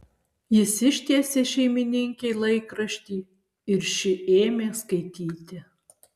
jis ištiesė šeimininkei laikraštį ir ši ėmė skaityti